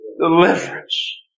Deliverance